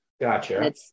Gotcha